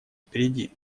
впереди